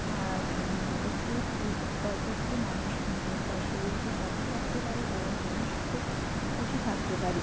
এতে এই এই পদ্ধতিতে মানুষ তার শরীরকে সতেজ রাখতে পারে এবং মানুষ খুব খুশি থাকতে পারে